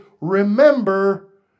remember